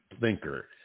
thinker